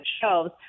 shelves